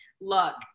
look